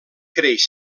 creix